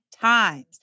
times